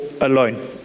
alone